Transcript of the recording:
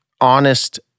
honest